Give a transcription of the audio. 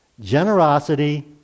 generosity